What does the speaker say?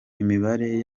imibare